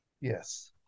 Yes